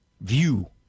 view